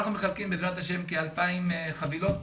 אנחנו מחלקים בעזרת השם כ-2,000 חבילות